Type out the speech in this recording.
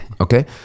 okay